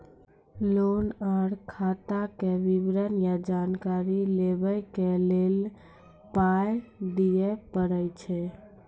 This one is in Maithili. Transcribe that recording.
लोन आर खाताक विवरण या जानकारी लेबाक लेल पाय दिये पड़ै छै?